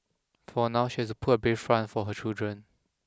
for now she has to put a brave front for her children